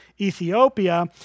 Ethiopia